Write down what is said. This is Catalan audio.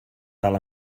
tal